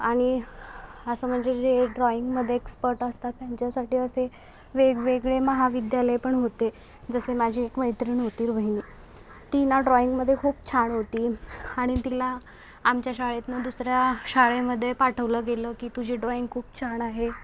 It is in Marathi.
आणि असं म्हणजे जे ड्रॉईंगमध्ये एक्सपर्ट असतात त्यांच्यासाठी असे वेगवेगळे महाविद्यालय पण होते जसे माझी एक मैत्रीण होती रोहिणी ती ना ड्रॉईंगमध्ये खूप छान होती आणि तिला आमच्या शाळेतनं दुसऱ्या शाळेमध्ये पाठवलं गेलं की तुझी ड्रॉईंग खूप छान आहे